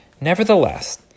Nevertheless